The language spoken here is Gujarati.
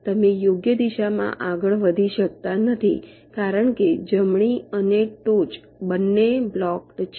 તમે યોગ્ય દિશામાં આગળ વધી શકતા નથી કારણ કે જમણી અને ટોચ બંને બ્લોકડ છે